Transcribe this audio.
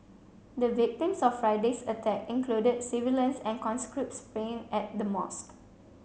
the victims of Friday's attack included civilians and conscripts praying at the mosque